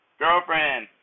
girlfriend